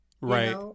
right